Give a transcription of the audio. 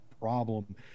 problem